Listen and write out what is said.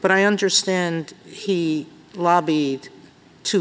but i understand he lobby to